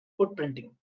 footprinting